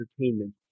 entertainment